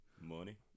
Money